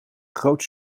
groot